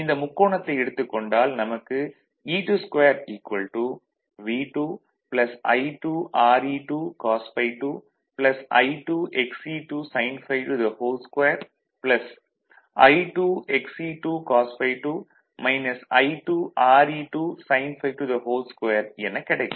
இந்த முக்கோணத்தை எடுத்துக் கொண்டால் நமக்கு E22 V2 I2 Re2 cos ∅2 I2 Xe2 sin ∅22 I2 Xe2 cos ∅2 I2 Re2 sin ∅22 எனக் கிடைக்கும்